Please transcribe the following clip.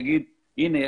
יגיד שהנה,